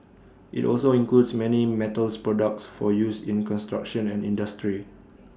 IT also includes many metals products for use in construction and industry